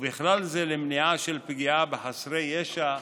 ובכלל זה למניעה של פגיעה בחסרי ישע,